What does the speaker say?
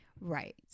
Right